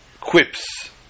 quips